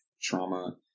trauma